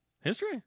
history